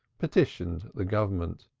petitioned the government.